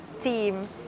team